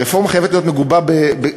הרפורמה חייבת להיות מגובה במדדים.